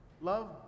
Love